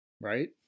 Right